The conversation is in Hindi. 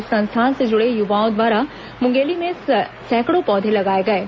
इस संस्था से जुड़े युवाओं द्वारा मुंगेली में सैकड़ों पौधे लगाए गए हैं